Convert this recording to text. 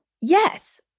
Yes